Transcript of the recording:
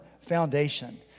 foundation